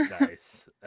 nice